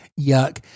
yuck